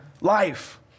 life